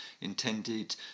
intended